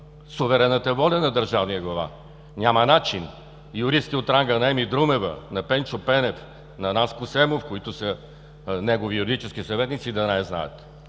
суверенната воля на държавния глава. Няма начин юристи от ранга на Емилия Друмева, на Пенчо Пенев, на Атанас Семов, които са негови юридически съветници, да не я знаят.